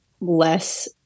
less